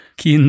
que